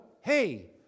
hey